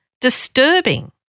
disturbing